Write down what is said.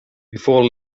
before